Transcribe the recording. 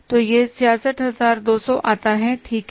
तो यह 66200 आता हैठीक है